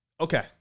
Okay